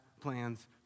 plans